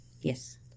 Yes